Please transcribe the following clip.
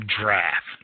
draft